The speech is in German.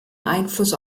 einfluss